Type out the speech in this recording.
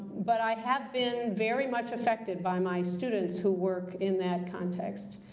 but i have been very much affected by my students who work in that context.